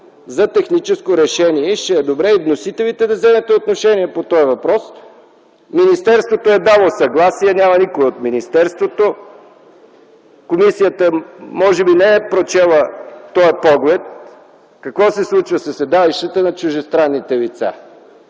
за техническо решение. Ще е добре и вносителите да вземете отношение по този въпрос. Министерството е дало съгласие - няма никой от министерството. Комисията може би не е прочела този поглед – какво се случва със седалищата на чуждестранните лица.